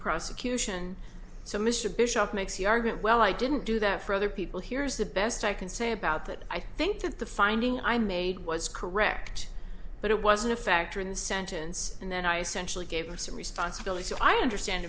bishop makes the argument well i didn't do that for other people here's the best i can say about that i think that the finding i made was correct but it wasn't a factor in the sentence and then i essentially gave him some responsibility so i understand